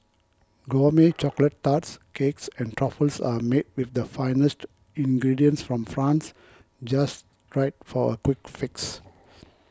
gourmet chocolate tarts cakes and truffles are made with the finest to ingredients from France just right for a quick fix